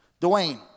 Dwayne